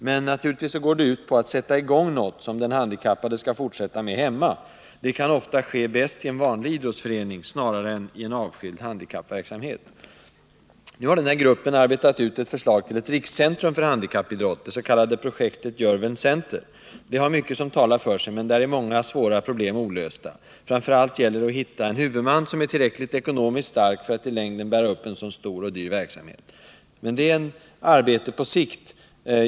Men naturligtvis går arbetet ut på att sätta i gång något som den handikappade skall fortsätta med hemma. Det kan ofta ske bäst i en vanlig idrottsförening, snarare än i avskild handikappverksamhet. Nu har rekryteringsgruppen arbetat ut ett förslag till ett rikscentrum för handikappidrott, det s.k. projektet Görväln center. Det har mycket som talar för sig, men många svåra problem är olösta. Framför allt gäller det att hitta en huvudman som är tillräckligt ekonomiskt stark för att i längden kunna bära upp en sådan stor och dyr anläggning. Men det är ett arbete på sikt.